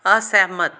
ਅਸਹਿਮਤ